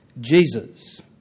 Jesus